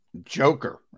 Joker